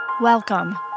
Welcome